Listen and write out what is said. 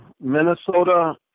Minnesota